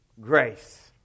Grace